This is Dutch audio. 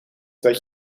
dat